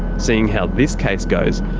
seeing how this case goes,